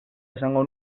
esango